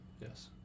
Yes